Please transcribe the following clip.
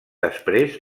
després